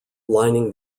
lining